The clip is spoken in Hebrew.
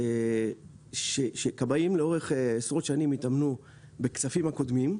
שכבאים לאורך שנים התאמנו בקצפים הקודמים.